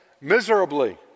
miserably